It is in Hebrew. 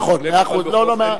נכון, מאה אחוז.